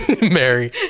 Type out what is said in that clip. Mary